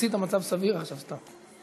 יחסית המצב סביר עכשיו, סתיו.